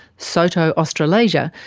soto australasia,